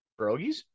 Pierogies